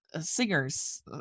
Singers